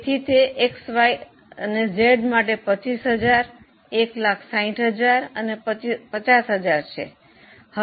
તેથી તે X Y Z માટે 25000 160000 અને 50000 છે